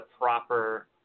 proper